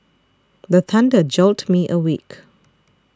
the thunder jolt me awake